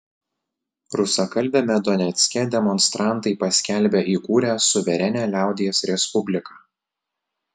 rusakalbiame donecke demonstrantai paskelbė įkūrę suverenią liaudies respubliką